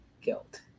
guilt